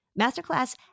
Masterclass